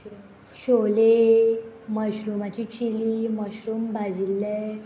शोले मशरुमाची chilli mushroom भाजिल्ले